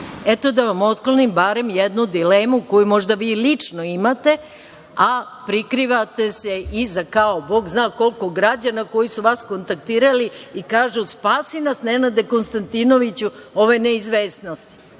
da vam otklonim barem jednu dilemu koju možda vi lično imate, a prikrivate se iza bog zna koliko građana koji su vas kontaktirali i kažu – spasi na Nenade Konstantinoviću ove neizvesnosti.